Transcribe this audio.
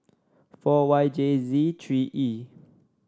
four Y J Z three E